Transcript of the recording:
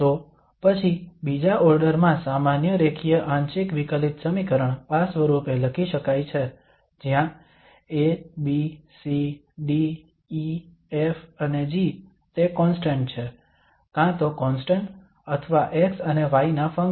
તો પછી બીજા ઓર્ડર માં સામાન્ય રેખીય આંશિક વિકલિત સમીકરણ આ સ્વરૂપે લખી શકાય છે જ્યાં ABCDEF અને G તે કોન્સ્ટંટ છે કાં તો કોન્સ્ટંટ અથવા x અને y ના ફંક્શન્સ